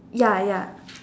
ya ya